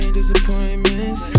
disappointments